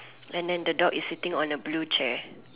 and then the dog is sitting on a blue chair